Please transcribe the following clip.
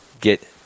get